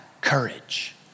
courage